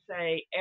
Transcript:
say